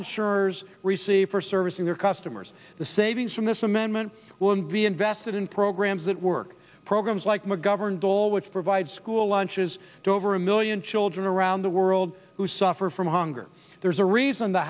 insurers receive for servicing their customers the savings from this amendment when v n vested in programs that work programs like mcgovern dole which provides school lunches to over a million children around the world who suffer from hunger there's a reason t